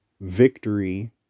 victory